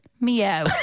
meow